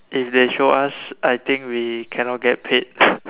if they show us I think we cannot get paid